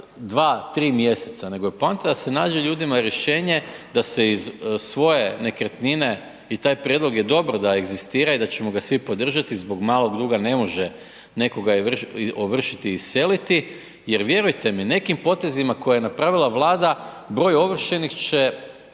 2-3 mjeseca, nego je poanta da se nađe ljudima rješenje da se iz svoje nekretnine i taj prijedlog je dobro da egzistira i da ćemo ga svi podržati zbog malog duga ne može nekoga ovršiti i iseliti jer vjerujte mi nekim potezima koje je napravila Vlada broj ovršenih će